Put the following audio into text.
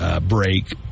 break